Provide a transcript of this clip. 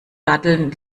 datteln